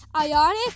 ionic